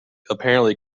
apparently